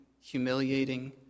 humiliating